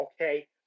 Okay